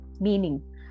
meaning